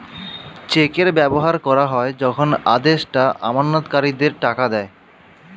চেকের ব্যবহার করা হয় যখন আদেষ্টা আমানতকারীদের টাকা দেয়